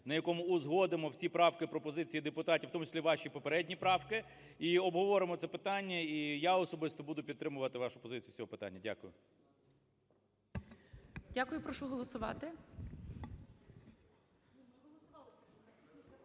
на якому узгодимо всі правки, пропозиції депутатів, в тому числі ваші попередні правки, і обговоримо це питання, і я особисто буду підтримувати вашу позицію з цього питання. Дякую. Веде засідання